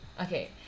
Okay